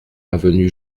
avenue